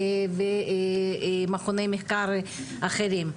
ומכוני מחקר אחרים.